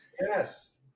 Yes